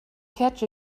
catch